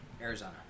Arizona